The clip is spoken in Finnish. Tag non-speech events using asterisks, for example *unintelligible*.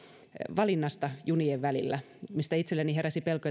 valinnasta junien välillä mistä itselleni heräsi pelko *unintelligible*